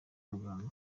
muganga